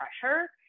pressure